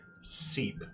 seep